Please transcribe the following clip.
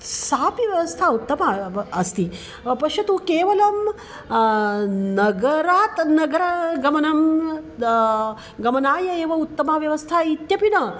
सापि व्यवस्था उत्तमा अस्ति प पश्यतु केवलं नगरात् नगरगमनं गमनाय एव उत्तमा व्यवस्था इत्यपि न